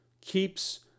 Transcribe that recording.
keeps